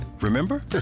Remember